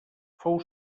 fou